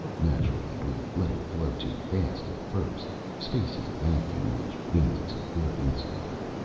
naturally, we let it flow too fast at first. space is a vacuum, which means it's a good insulator.